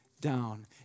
down